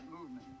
movement